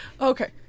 Okay